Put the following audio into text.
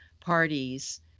parties